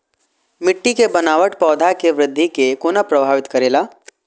मिट्टी के बनावट पौधा के वृद्धि के कोना प्रभावित करेला?